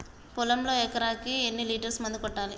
పొలంలో ఎకరాకి ఎన్ని లీటర్స్ మందు కొట్టాలి?